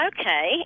okay